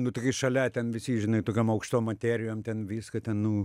nu tai kai šalia ten visi žinai tokiom aukštom materijom ten viską ten nu